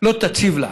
לא תציב לה